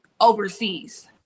overseas